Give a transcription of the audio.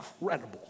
incredible